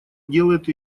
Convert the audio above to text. делают